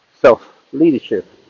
Self-leadership